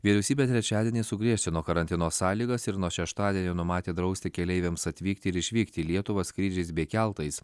vyriausybė trečiadienį sugriežtino karantino sąlygas ir nuo šeštadienio numatė drausti keleiviams atvykti ir išvykti į lietuvą skrydžiais bei keltais